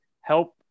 help